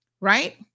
right